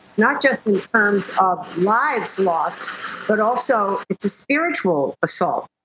not just in terms of lives lost but also it's a spiritual assault.